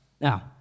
Now